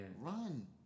run